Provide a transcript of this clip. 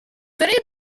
three